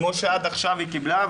כמו שעד עכשיו היא קיבלה,